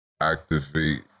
activate